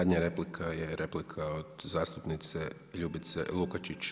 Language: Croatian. Zadnja replika je replika od zastupnice Ljubice Lukačić.